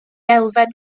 elfen